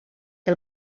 que